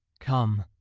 come,